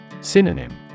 Synonym